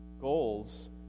Goals